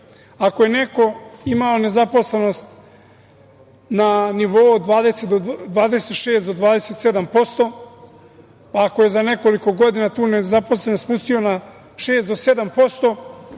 Ako je neko imao nezaposlenost na nivou od 26 do 27%, ako je za nekoliko godina tu nezaposlenost spustio na 6% do 7%,